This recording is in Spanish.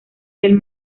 del